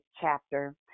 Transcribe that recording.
chapter